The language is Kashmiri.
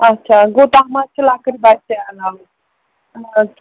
اَچھا گوٚو تَتھ منٛز چھِ لۄکٕٹۍ بَچہِ تہِ اٮ۪لاوُڈ